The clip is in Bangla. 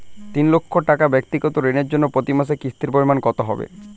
তিন লক্ষ টাকা ব্যাক্তিগত ঋণের জন্য প্রতি মাসে কিস্তির পরিমাণ কত হবে?